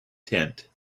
tent